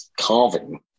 carving